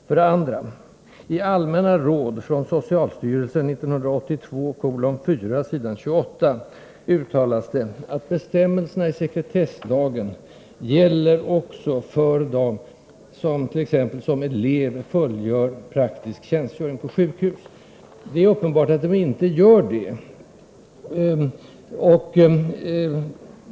För det andra uttalas det i Allmänna råd från socialstyrelsen 1982:4, s. 28 att bestämmelserna i sekretesslagen också gäller ”t.ex. elev som fullgör praktisk utbildning på sjukhus”. Det är uppenbart att de inte gör det.